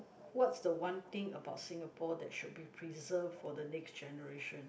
what's the one thing about Singapore that should be preserved for the next generation